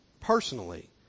personally